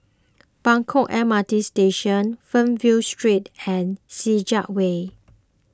Buangkok M R T Station Fernvale Street and Senja Way